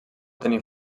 tenir